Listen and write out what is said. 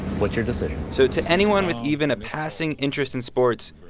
what's your decision? so to anyone with even a passing interest in sports,